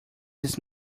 this